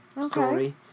story